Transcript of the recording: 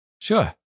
sure